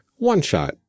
OneShot